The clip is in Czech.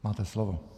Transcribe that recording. Máte slovo.